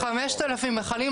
5,000 מכלים.